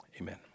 amen